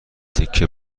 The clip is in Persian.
تکه